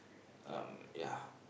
um ya